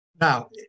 now